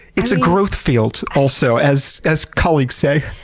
it's a growth field, also, as as colleagues say.